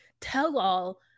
tell-all